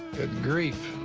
good grief.